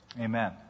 amen